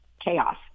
chaos